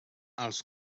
als